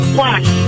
Flash